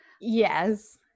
Yes